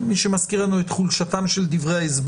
זה מייצר איזון מסוים בין --- אני כתבתי את זה כהסתייגות.